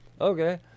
Okay